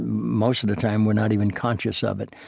most of the time, we're not even conscious of it.